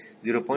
0